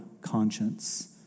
conscience